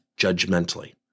judgmentally